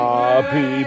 Happy